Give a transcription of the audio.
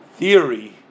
theory